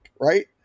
right